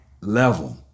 level